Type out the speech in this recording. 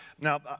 Now